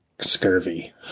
scurvy